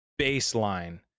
baseline